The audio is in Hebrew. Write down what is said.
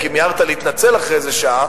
כי מיהרת להתנצל אחרי איזו שעה,